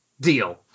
deal